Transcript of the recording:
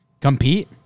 compete